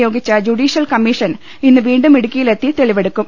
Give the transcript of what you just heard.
നിയോ ഗിച്ച judicial commission ഇന്ന് വീണ്ടും ഇടുക്കിയിലെത്തി തെളിവെടുക്കും